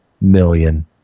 million